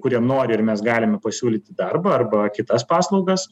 kurie nori ir mes galime pasiūlyti darbą arba kitas paslaugas